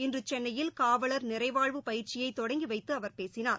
இன்று சென்னையில் காவவர் நிறைவாழ்வு பயிற்சியை தொடங்கி வைத்து அவர் பேசினார்